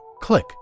click